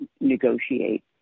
negotiate